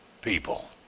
people